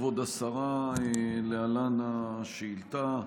כבוד השרה, להלן השאילתה.